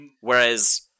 Whereas